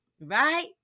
right